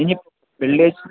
ഇനി വെള്ളിയാഴ്ച്ച